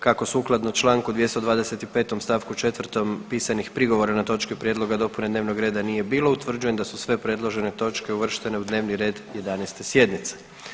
Kako sukladno Članku 225. stavku 4. pisanih prigovora na točke prijedloga dopune dnevnog reda nije bilo utvrđujem da su sve predložene točke uvrštene u dnevni red 11. sjednice.